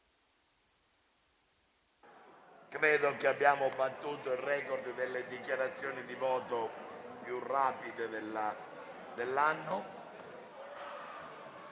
Credo che abbiamo battuto il *record* delle dichiarazioni di voto più rapide dell'anno.